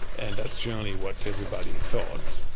and that's generally what everybody thought,